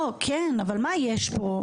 כן, אבל מה יש פה?